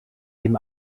dem